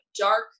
dark